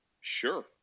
sure